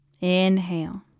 Inhale